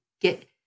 get